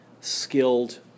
skilled